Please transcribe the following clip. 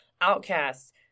outcasts